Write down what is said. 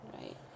Right